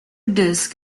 disk